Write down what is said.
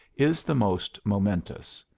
is the most momentous.